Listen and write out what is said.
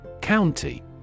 County